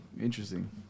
interesting